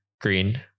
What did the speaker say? green